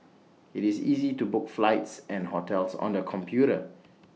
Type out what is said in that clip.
IT is easy to book flights and hotels on the computer